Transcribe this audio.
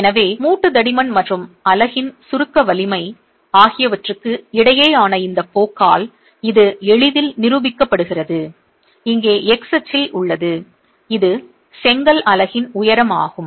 எனவே மூட்டு தடிமன் மற்றும் அலகின் சுருக்க வலிமை ஆகியவற்றுக்கு இடையேயான இந்த போக்கால் இது எளிதில் நிரூபிக்கப்படுகிறது இங்கே x அச்சில் உள்ளது அது செங்கல் அலகின் உயரம் ஆகும்